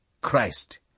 Christ